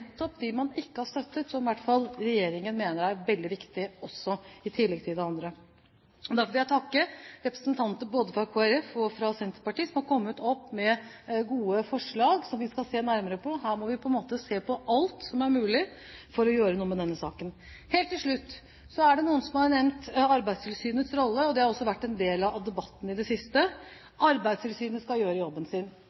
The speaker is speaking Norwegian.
man ikke har støttet, som i hvert fall regjeringen mener er veldig viktige – i tillegg til annet. Derfor vil jeg takke representanter fra både Kristelig Folkeparti og Senterpartiet, som har kommet med gode forslag som vi skal se nærmere på. Her må vi se på alt som er mulig for å gjøre noe med denne saken. Helt til slutt: Det er noen som har nevnt Arbeidstilsynets rolle. Det har også vært en del av debatten i det siste.